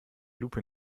lupe